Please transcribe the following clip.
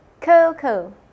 Coco